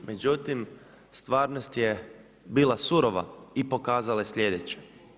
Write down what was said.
Međutim, stvarnost je bila surova i pokazala je slijedeće.